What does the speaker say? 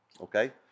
Okay